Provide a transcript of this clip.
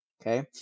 Okay